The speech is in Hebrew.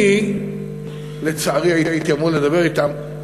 אני הייתי אמור לדבר אתם,